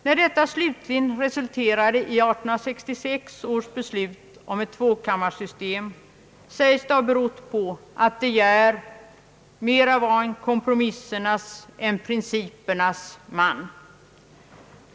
När detta slutligen resulterade i 1866 års beslut om ett tvåkammarsystem anses det ha berott på att de Geer mera var en kompromissernas än en principernas man.